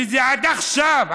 וזה עד עכשיו,